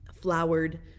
flowered